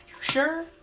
sure